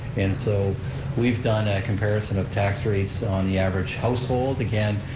and so we've done a comparison of tax rates on the average household, again,